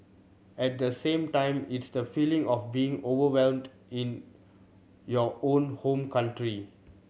at the same time it's the feeling of being overwhelmed in your own home country